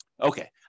Okay